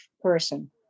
person